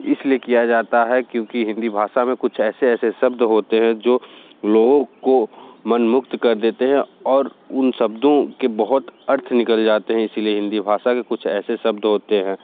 इसलिए किया जाता है क्यूँकि हिंदी भाषा में कुछ ऐसे ऐसे शब्द होते हैं जो लोगों को मनमुक्त कर देते हैं और उन शब्दों के बहुत अर्थ निकल जाते हैं इसलिए हिंदी भाषा के कुछ ऐसे शब्द होते हैं